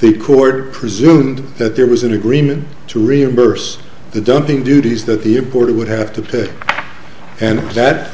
the court presumed that there was an agreement to reimburse the dumping duties that the imported would have to pay and that